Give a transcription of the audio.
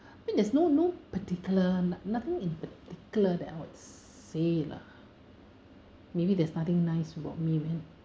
I mean there's no no particular no~ nothing in particular that I would say lah maybe there is nothing nice about me man